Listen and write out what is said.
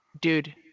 Dude